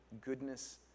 Goodness